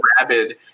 rabid